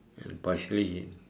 and partially